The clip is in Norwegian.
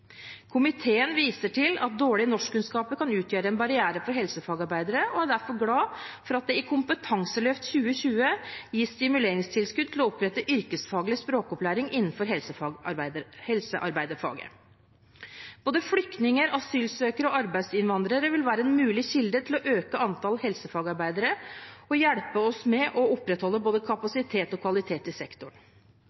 Komiteen viser til at dårlige norskkunnskaper kan utgjøre en barriere for helsefagarbeidere, og er derfor glad for at det i Kompetanseløft 2020 gis stimuleringstilskudd til å opprette yrkesfaglig språkopplæring innenfor helsearbeiderfaget. Både flyktninger, asylsøkere og arbeidsinnvandrere vil være en mulig kilde til å øke antall helsefagarbeidere og hjelpe oss med å opprettholde både